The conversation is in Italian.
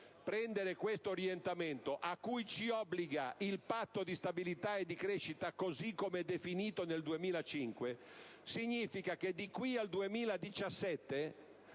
Prendere questo orientamento, a cui ci obbliga il Patto di stabilità e crescita così come definito nel 2005, significa che di qui al 2017